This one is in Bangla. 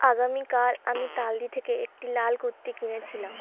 আগামীকাল আমি তালদি থেকে একটি লাল কুর্তি কিনেছিলাম